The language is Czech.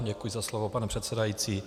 Děkuji za slovo, pane předsedající.